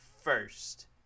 first